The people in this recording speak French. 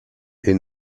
est